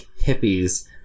hippies